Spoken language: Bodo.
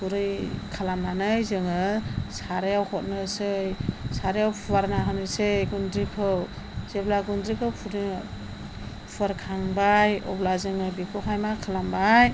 गुरै खालामनानै जोङो सारायाव हरनोसै सारायाव फुवारना होनोसै गुन्दैखौ जेब्ला गुन्दैखौ फुवारखांबाय अब्ला जोङो बेखौहाय मा खालामबाय